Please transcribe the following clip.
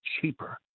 cheaper